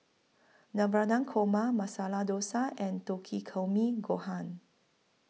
Navratan Korma Masala Dosa and Takikomi Gohan